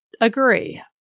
agree